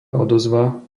odozva